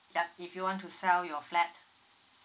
yup if you want to sell your flat